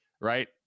right